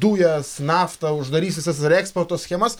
dujas naftą uždarys visas reeksporto schemas